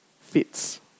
fits